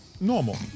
normal